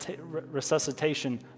resuscitation